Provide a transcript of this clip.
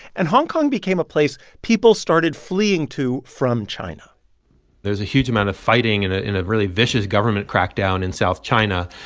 and hong kong became a place people started fleeing to from china there's a huge amount of fighting and ah a really vicious government crackdown in south china,